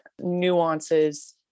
nuances